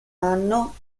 anno